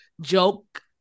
joke